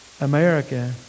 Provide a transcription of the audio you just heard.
America